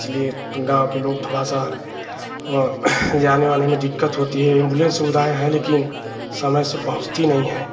इसलिए गाँव के लोग थोड़ा सा हाँ जाने आने में दिक्कत होती है एम्बुलेन्स सुविधाएँ हैं लेकिन समय से पहुँचती नहीं हैं